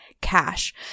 cash